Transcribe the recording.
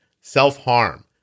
self-harm